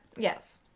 Yes